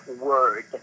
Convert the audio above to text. Word